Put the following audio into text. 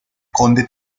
conde